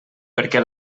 perquè